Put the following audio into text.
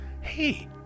hey